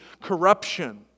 corruption